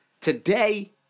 Today